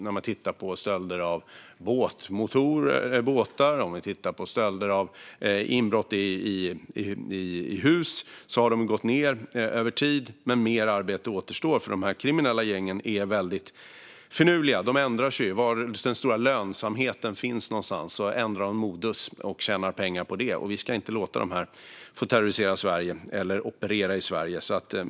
Om man tittar på stölder av båtmotorer och båtar och på inbrott i hus ser man att antalet har gått ned över tid, men mer arbete återstår. De kriminella gängen är väldigt finurliga. De ändrar sig, och beroende på var den stora lönsamheten finns ändrar de modus och tjänar pengar på det. Vi ska inte låta dem få terrorisera Sverige eller operera här.